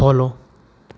follow